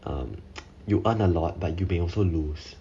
hmm you earn a lot but you may also lose